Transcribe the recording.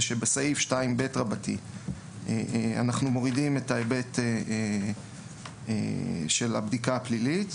המשמעות היא שבסעיף 2ב רבתי אנחנו מורידים את ההיבט של הבדיקה הפלילית,